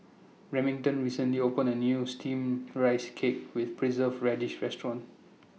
Remington recently opened A New Steamed Rice Cake with Preserved Radish Restaurant